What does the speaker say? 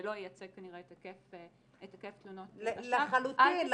זה לא ייצג כנראה את היקף תלונות השווא -- לחלוטין.